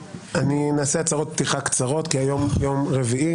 נעשה הצהרות פתיחה קצרות כי היום יום רביעי.